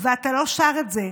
ואתה לא שר את זה.